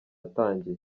atangiye